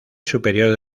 superior